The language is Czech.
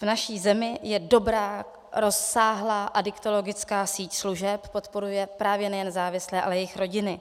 V naší zemi je dobrá, rozsáhlá adiktologická síť služeb, podporuje právě nejen závislé, ale jejich rodiny.